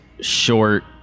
short